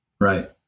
Right